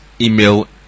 email